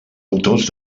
autors